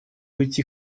быть